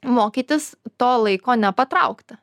mokytis to laiko nepatraukti